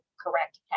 correct